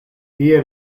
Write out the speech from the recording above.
tie